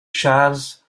charles